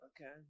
Okay